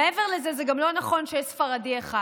מעבר לזה זה גם לא נכון שיש ספרדי אחד.